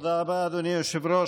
תודה רבה, אדוני היושב-ראש.